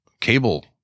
cable